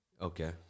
Okay